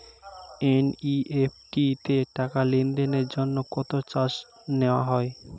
NEFT তে টাকা লেনদেনের জন্য কত চার্জ নেয়া হয়?